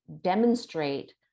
demonstrate